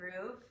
groove